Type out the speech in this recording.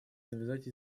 навязать